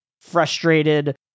Frustrated